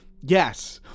Yes